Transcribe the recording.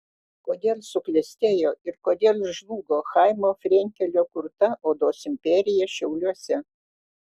kodėl suklestėjo ir kodėl žlugo chaimo frenkelio kurta odos imperija šiauliuose